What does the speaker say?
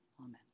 Amen